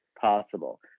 possible